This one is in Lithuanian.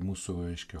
mūsų reiškia